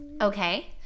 Okay